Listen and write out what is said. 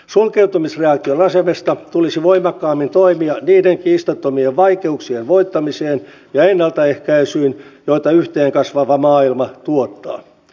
sulkeutumisreaktion asemesta tulisi voimakkaammin toimia niiden kiistattomien vaikeuksien voittamiseksi ja ennaltaehkäisemiseksi joita yhteen kasvava maailma tuottaa